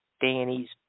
Danny's